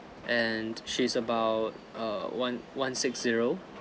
and she is about err one one six zero